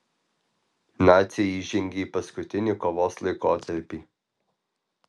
naciai įžengė į paskutinį kovos laikotarpį